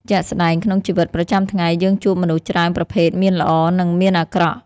ជាក់ស្តែង ក្នុងជីវិតប្រចាំថ្ងៃ យើងជួបមនុស្សច្រើនប្រភេទមានល្អ និងមានអាក្រក់។